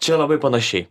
čia labai panašiai